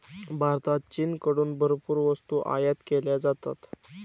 भारतात चीनकडून भरपूर वस्तू आयात केल्या जातात